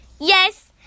Yes